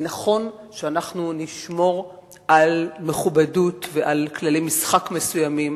ונכון שנשמור על מכובדות ועל כללי משחק מסוימים.